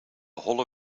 holle